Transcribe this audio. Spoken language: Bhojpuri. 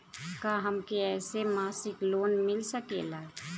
का हमके ऐसे मासिक लोन मिल सकेला?